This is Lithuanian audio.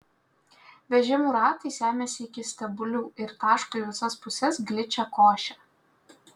vežimų ratai semiasi iki stebulių ir taško į visas puses gličią košę